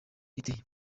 iteye